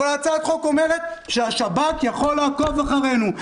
אבל היא אומרת שהשב"כ יכול לעקוב אחרינו,